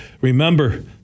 Remember